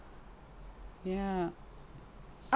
yeah